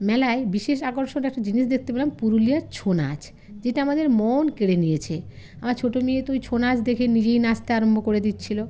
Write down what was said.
মেলায় বিশেষ আকর্ষণ একটা জিনিস দেখতে পেলাম পুরুলিয়ার ছো নাচ যেটা আমাদের মন কেড়ে নিয়েছে আমার ছোটো মেয়ে তো ছো নাচ দেখে নিজেই নাচতে আরম্ভ করে দিচ্ছিলো